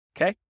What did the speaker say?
Okay